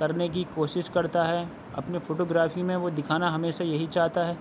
کرنے کی کوشش کرتا ہے اپنی فوٹو گرافی میں وہ دکھانا ہمیشہ یہی چاہتا ہے